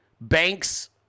banks